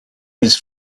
his